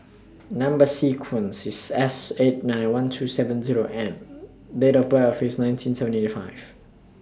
Number sequence IS S eight nine one two seven Zero M Date of birth IS nineteen seventy five